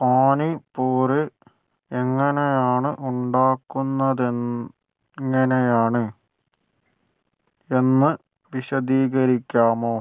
പാനി പൂരി എങ്ങനെയാണ് ഉണ്ടാക്കുന്നതെങ്ങനെയാണ് എന്ന് വിശദീകരിക്കാമോ